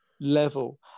level